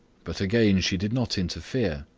but again she did not interfere.